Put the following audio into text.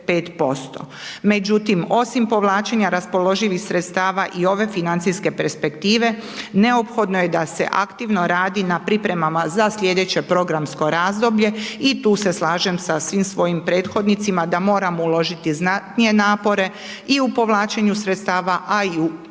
Međutim, osim povlačenja raspoloživih sredstava i ove financijske perspektive neophodno je da se aktivno radi na pripremama za slijedeće programsko razdoblje i tu se slažem sa svim svojim prethodnicima da moramo uložiti znatnije napore i u povlačenju sredstava, a i u